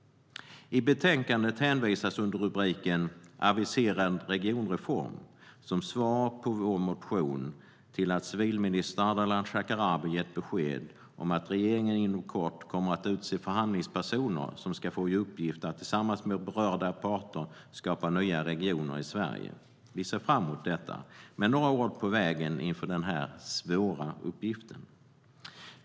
I betänkandet hänvisas under rubriken Aviserad regionreform, som svar på vår motion, till att civilminister Ardalan Shekarabi gett besked om att regeringen inom kort kommer att utse förhandlingspersoner som ska få i uppgift att tillsammans med berörda parter skapa nya regioner i Sverige. Vi ser fram emot detta, men låt mig komma med några ord på vägen inför denna svåra uppgift.